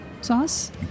sauce